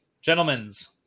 Gentlemen's